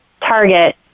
target